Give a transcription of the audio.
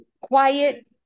Quiet